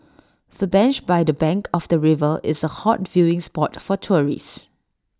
the bench by the bank of the river is A hot viewing spot for tourists